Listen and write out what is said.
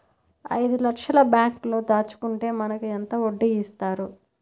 ఐదు లక్షల బ్యాంక్లో దాచుకుంటే మనకు ఎంత వడ్డీ ఇస్తారు?